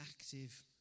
active